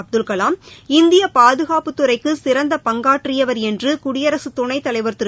அப்துல்கலாம் இந்திய பாதுகாப்புத்துறைக்கு சிறந்த பங்காற்றியவர் என்று குடியரசுத் துணைத்தலைவர் திரு